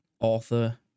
author